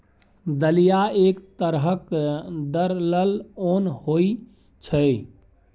दलिया एक तरहक दरलल ओन होइ छै